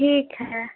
ठीक है